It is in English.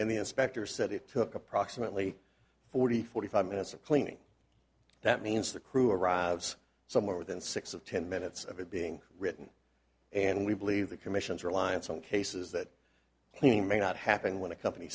and the inspector said it took approximately forty forty five minutes of cleaning that means the crew arrives somewhere within six of ten minutes of it being written and we believe the commission's reliance on cases that you may not happen when a company